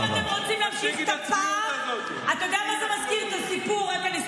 גם אורנה וגם אני ישבנו שם.